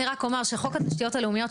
אני רק אומרת שחוק התשתיות הלאומיות,